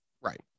Right